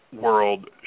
world